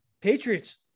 Patriots